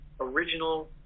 original